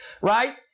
right